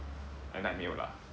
at night 没有啦